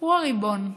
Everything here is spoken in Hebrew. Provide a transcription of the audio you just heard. הוא הריבון.